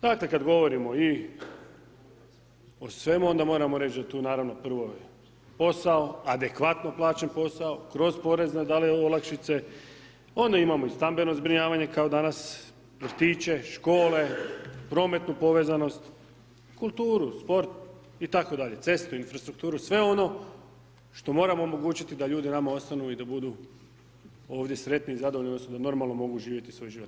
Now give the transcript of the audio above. Dakle kada govorimo i o svemu, onda moramo reći da tu naravno prvo posao, adekvatno plaćen posao kroz porezne da li olakšice, onda imamo i stambeno zbrinjavanje kao danas vrtiće, škole, prometnu povezanost, kulturu, sport itd. cestu, infrastrukturu, sve ono što moramo omogućiti da ljudi nama ostanu i da budu ovdje sretni i zadovoljni odnosno da normalno mogu živjeti svoj život.